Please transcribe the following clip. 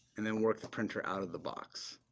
and then work the printer out of the box.